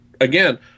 Again